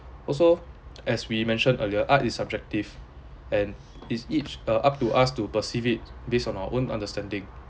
also as we mentioned earlier art is subjective and is each uh up to us to perceive it based on our own understanding